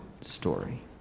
story